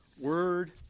word